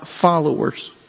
followers